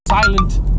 silent